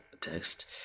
text